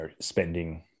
spending